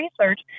research